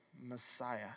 Messiah